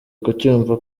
kucyumva